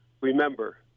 Remember